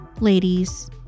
ladies